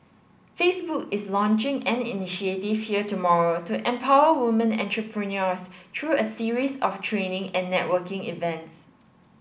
Facebook is launching an initiative here tomorrow to empower women entrepreneurs through a series of training and networking events